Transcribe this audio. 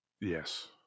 Yes